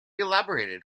elaborated